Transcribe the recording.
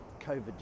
COVID